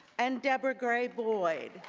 and debra gray boyd.